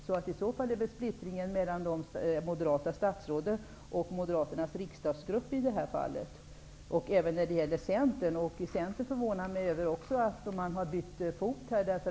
Splittringen finns i detta fall mellan de moderata statsråden och Moderaternas riksdagsgrupp -- men även Centern. Det förvånar mig att Centern bytt fot här.